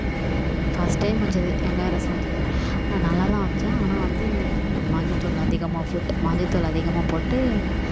first time வச்சது வெங்காய ரசம் வச்சது நல்லா தான் வச்சேன் ஆனால் வந்து மஞ்சள்தூள் அதிகமாக போட்டு மஞ்சள்தூள் அதிகமாக போட்டு